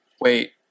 Wait